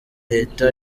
leta